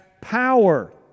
power